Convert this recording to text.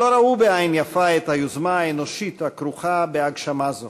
שלא ראו בעין יפה את היוזמה האנושית הכרוכה בהגשמה זו,